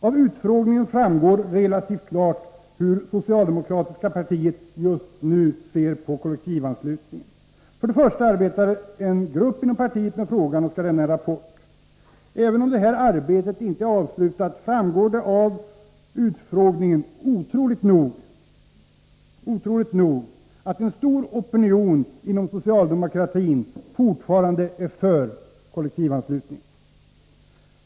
Av utfrågningen framgår relativt klart hur socialdemokratiska partiet just nu ser på kollektivanslutningen. För det första arbetar en arbetsgrupp inom partiet med frågan och skall lämna en rapport. Även om detta arbete inte är avslutat framgår det av utfrågningen att — otroligt nog — en stor opinion inom socialdemokratin fortfarande är för kollektivanslutningen.